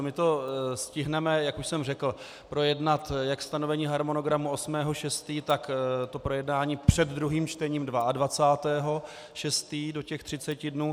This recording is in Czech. My to stihneme, jak už jsem řekl, projednat, jak stanovení harmonogramu 8. 6., tak projednání před druhým čtením 22. 6. do těch třiceti dnů.